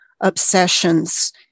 obsessions